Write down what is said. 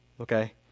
Okay